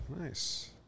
Nice